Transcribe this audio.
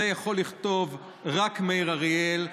את זה יכול לכתוב רק מאיר אריאל,